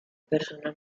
persona